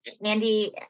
Mandy